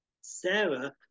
Sarah